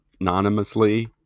anonymously